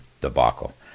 debacle